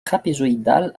trapézoïdale